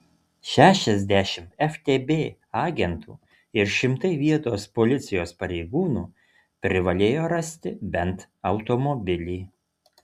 šešiasdešimt ftb agentų ir šimtai vietos policijos pareigūnų privalėjo rasti bent automobilį